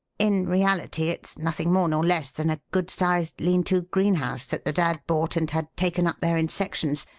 in reality, it's nothing more nor less than a good sized lean-to greenhouse that the dad bought and had taken up there in sections,